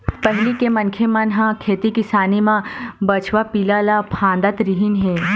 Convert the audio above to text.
पहिली के मनखे मन ह खेती किसानी म बछवा पिला ल फाँदत रिहिन हे